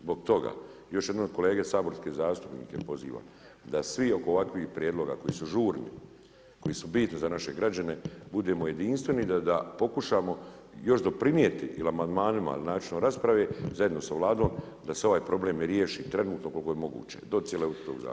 Zbog toga, još jednom kolege saborske zastupnike pozivam da svi oko ovakvih prijedloga koji su žurni, koji su bitni za naše građane budemo jedinstveni i da pokušamo još doprinijeti jel amandmanima, načinom rasprave zajedno sa Vladom da se ovaj problem riješi trenutno koliko je moguće do cjelovitog zakona.